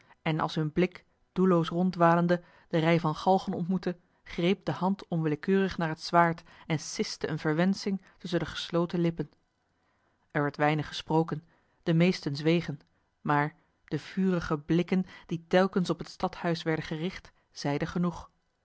en als hun blik doelloos ronddwalende de rij van galgen ontmoette greep de hand onwillekeurig naar het zwaard en siste eene verwensching tusschen de gesloten lippen er werd weinig gesproken de meesten zwegen maar de vurige blikken die telkens op het stadhuis werden gericht zeiden genoeg